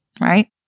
right